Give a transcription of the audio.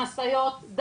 משאיות,